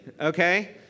Okay